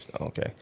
Okay